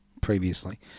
previously